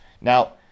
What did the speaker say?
Now